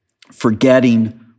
forgetting